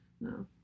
no